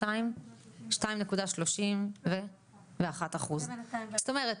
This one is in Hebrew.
2.31%. זאת אומרת,